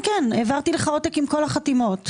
העברתי לך עותק עם כל החתימות.